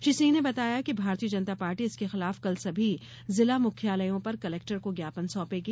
श्री सिंह ने बताया है कि भारतीय जनता पार्टी इसके खिलाफ कल सभी जिला मुख्यालयों पर कलेक्टर को ज्ञापन सौंपेगी